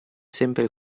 sempre